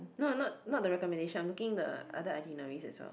no not not the recommendation I'm looking the other itineraries as well